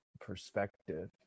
perspective